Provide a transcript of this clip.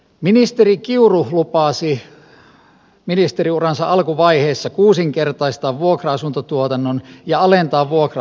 ministeri kiuru lupasi ministeriuransa alkuvaiheessa kuusinkertaistaa vuokra asuntotuotannon ja alentaa vuokra asumisen hintaa